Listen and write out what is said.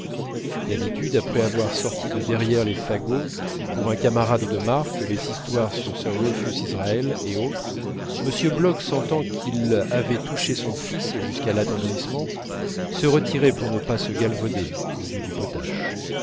d'habitude après avoir sorti de derrière les fagots pour un camarade de marque les histoires sur sir rufus israël et autres m bloch sentant qu'il avait touché son fils jusqu'à l'attendrissement se retirait pour ne pas se galvauder aux yeux du potache